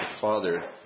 father